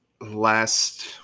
last